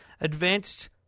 advanced